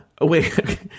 Wait